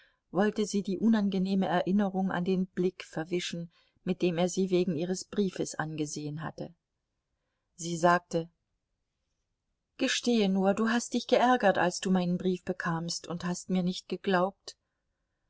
wollte sie die unangenehme erinnerung an den blick verwischen mit dem er sie wegen ihres briefes angesehen hatte sie sagte gestehe nur du hast dich geärgert als du meinen brief bekamst und hast mir nicht geglaubt